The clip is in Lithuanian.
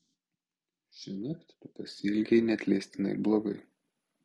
šiąnakt tu pasielgei neatleistinai blogai